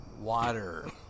water